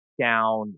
down